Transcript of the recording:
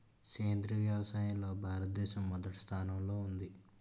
సేంద్రీయ వ్యవసాయంలో భారతదేశం మొదటి స్థానంలో ఉంది